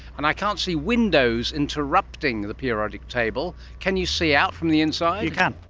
and i can't see windows interrupting the periodic table. can you see out from the inside? you can.